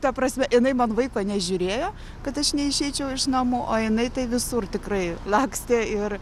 ta prasme jinai man vaiko nežiūrėjo kad aš neišeičiau iš namų o jinai tai visur tikrai lakstė ir